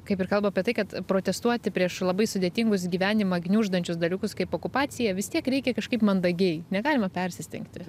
kaip ir kalba apie tai kad protestuoti prieš labai sudėtingus gyvenimą gniuždančius dalykus kaip okupacija vis tiek reikia kažkaip mandagiai negalima persistengti